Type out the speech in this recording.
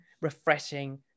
refreshing